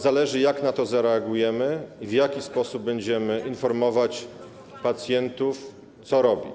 Zależy, jak na to zareagujemy i w jaki sposób będziemy informować pacjentów, co robić.